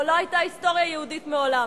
כמו לא היתה היסטוריה יהודית מעולם.